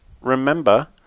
remember